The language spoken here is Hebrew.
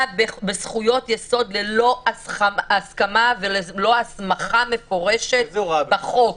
זו פגיעה בזכויות יסוד ללא הסכמה וללא הסמכה מפורשת בחוק.